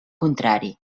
contrari